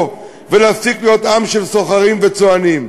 ולהפסיק להיות עם של סוחרים וצוענים.